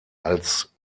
als